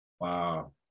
wow